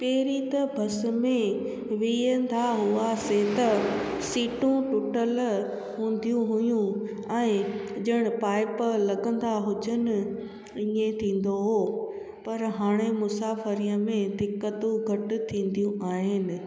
पहिरीं त बस में वेहंदा हुआसीं त सीटू टुटियलु हूंदियूं हुयूं ऐं ॼण पाइप लॻंदा हुजनि ईअं थींदो हुओ पर हाणे मुसाफ़िरीअ में दिक़तू घटि थींदियूं आहिनि